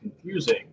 confusing